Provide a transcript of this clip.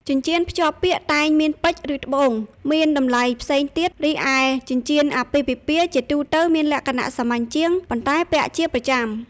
ចិញ្ចៀនភ្ជាប់ពាក្យតែងមានពេជ្រ ឬ ត្បូង មានតម្លៃផ្សេងទៀត រីឯចិញ្ចៀនអាពាហ៍ពិពាហ៍ជាទូទៅមានលក្ខណៈសាមញ្ញជាង ប៉ុន្តែពាក់ជាប្រចាំ។"